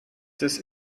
des